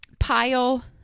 pile